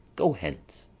go hence,